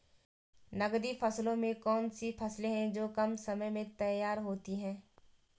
नकदी फसलों में कौन सी फसलें है जो कम समय में तैयार होती हैं?